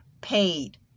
paid